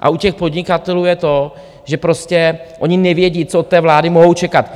a u těch podnikatelů je to, že prostě oni nevědí, co od té vlády mohou čekat.